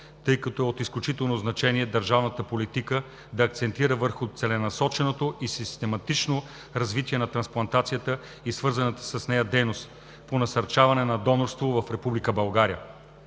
тъй като е от изключително значение държавната политика да акцентира върху целенасоченото и систематичното развитие на трансплантацията и свързаната с нея дейност по насърчаване на донорството в Република